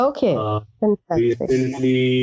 Okay